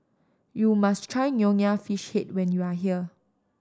you must try Nonya Fish Head when you are here